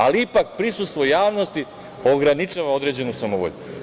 Ali, ipak prisustvo javnosti ograničava određenu samovolju.